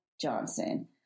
Johnson